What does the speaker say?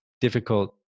difficult